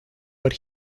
but